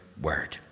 word